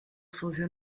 socio